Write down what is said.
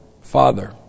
Father